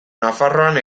nafarroan